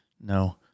No